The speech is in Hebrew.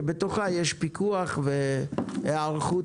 שבתוכה יש פיקוח והיערכות.